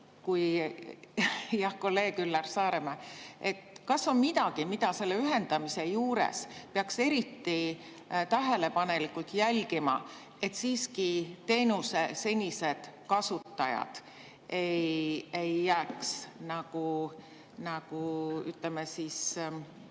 kui kolleeg Üllar Saaremäe. Kas on midagi, mida selle ühendamise juures peaks eriti tähelepanelikult jälgima, et teenuse senised kasutajad ei jääks, ütleme,